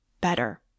better